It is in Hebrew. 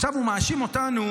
עכשיו, הוא מאשים אותנו